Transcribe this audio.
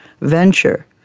venture